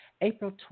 April